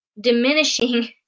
diminishing